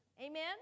Amen